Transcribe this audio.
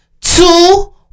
two